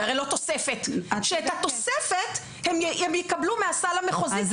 הרי לא תוספת הם יקבלו מהסל המחוזי כחריג.